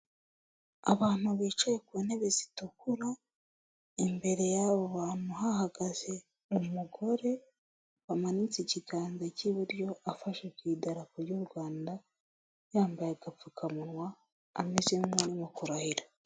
Abantu bicaye ku ntebe zitukura imbere y'abo bantu hahagaze umugore bamanitse ikiganza cy'iburyo afashe ku idarapo ry'u Rwanda yambaye agapfukamunwa ameze nk'umuntu urimo kurahira.